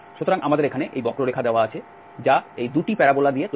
সুতরাং আমাদের এখানে এই বক্ররেখা দেওয়া আছে যা এই 2 টি প্যারাবোলা দিয়ে তৈরি